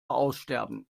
aussterben